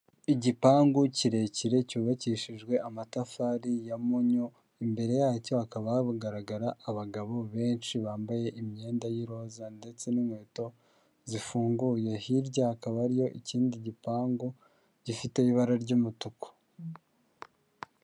Igipangu kirekire cyubakishijwe amatafari ya mpunyu, imbere yacyo hakaba hagaragara abagabo benshi bambaye imyenda y'iroza, ndetse n'inkweto zifunguye, hirya hakaba hariyo ikindi gipangu gifite ibara ry'umutuku.